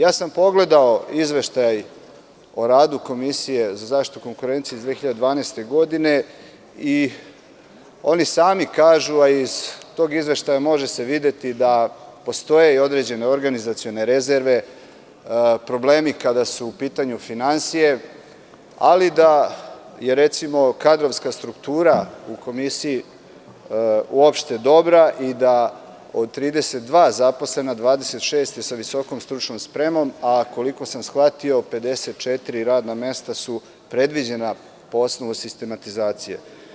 Ja sam pogledao izveštaj o radu Komisije za zaštitu konkurencije iz 2012. godine i oni sami kažu, a iz tog izveštaja može se videti, da postoje određene organizacione rezerve, problemi kada su u pitanju finansije, ali da je, recimo, kadrovska struktura u Komisiji uopšte dobra i da od 32 zaposlenih 26 je sa visokom stručnom spremom, a koliko sam shvatio 54 radna mesta su predviđena po osnovu sistematizacije.